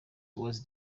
was